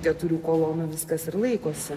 keturių kolonų viskas ir laikosi